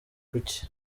kuki